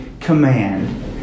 command